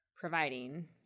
providing